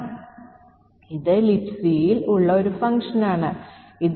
നമ്മൾ ഇവിടെ ചെയ്തത് 22 ബൈറ്റുകളേക്കാൾ വളരെ വലിയ ഒരു സ്ട്രിംഗ് എൻറർ ചെയ്തു എന്നതാണ്